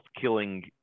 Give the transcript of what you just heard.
killing